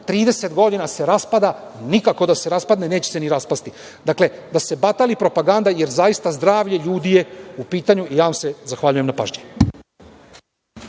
30 godina se raspada, nikako da se raspadne, neće se ni raspasti. Dakle, da se batali propaganda, jer zaista zdravlje ljudi je u pitanju. Zahvaljujem na pažnji.